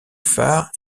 phare